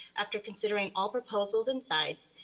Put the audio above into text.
after considering all proposals and sides,